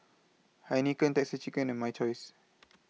Heinekein Texas Chicken and My Choice